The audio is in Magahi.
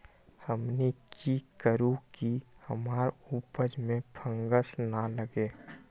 हमनी की करू की हमार उपज में फंगस ना लगे?